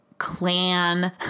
Clan